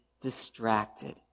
distracted